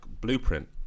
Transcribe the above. blueprint